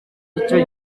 icyo